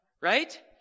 Right